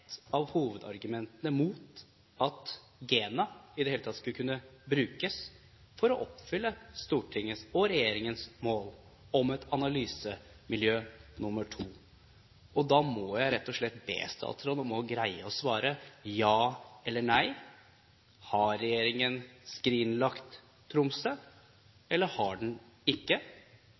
av hovedargumentene mot at Gena i det hele tatt skulle kunne brukes for å oppfylle Stortingets og regjeringens mål om et analysemiljø nummer to. Da må jeg rett og slett be statsråden om å greie å svare ja eller nei: Har regjeringen skrinlagt Tromsø, eller har den ikke?